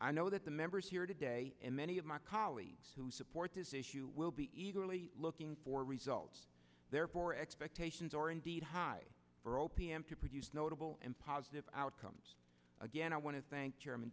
i know that the members here today and many of my colleagues who support this issue will be eagerly looking for results there for expectations or indeed high for o p m to produce notable and positive outcomes again i want to thank